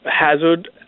hazard